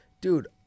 dude